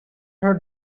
her